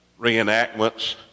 reenactments